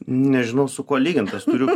nežinau su kuo lygint aš turiu